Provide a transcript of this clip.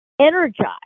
energize